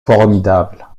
formidable